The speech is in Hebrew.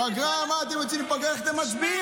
פגרה, מה אתם יוצאים לפגרה, איך אתם מצביעים?